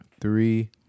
three